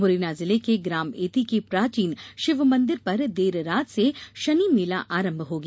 मुरैना जिले के ग्राम ऐती के प्राचीन शिव मंदिर पर देर रात से शनि मेला आरंभ हो गया